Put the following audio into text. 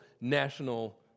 national